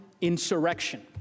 insurrection